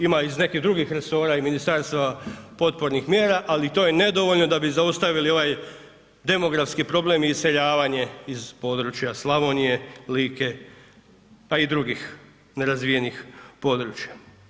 Ima iz nekih drugih resora i ministarstava potpornih mjera, ali to je nedovoljno da bi zaustavili ovaj demografski problem i iseljavanje iz područja Slavonije, Like pa i drugih nerazvijenih područja.